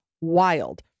Wild